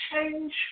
change